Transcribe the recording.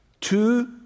Two